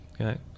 okay